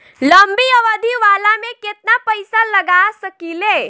लंबी अवधि वाला में केतना पइसा लगा सकिले?